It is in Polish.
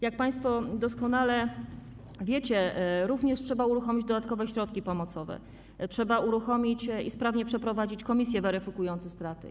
Jak państwo doskonale wiecie, trzeba również uruchomić dodatkowe środki pomocowe, trzeba uruchomić i sprawnie przeprowadzić komisje weryfikujące straty.